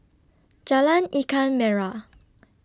Jalan Ikan Merah